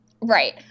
Right